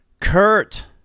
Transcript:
Kurt